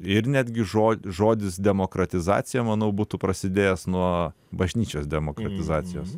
ir netgi žod žodis demokratizacija manau būtų prasidėjęs nuo bažnyčios demokratizacijos